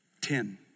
Ten